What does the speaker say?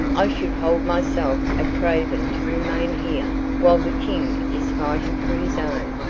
i should hold myself a craven to remain here while the king is fighting for his own,